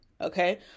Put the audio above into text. okay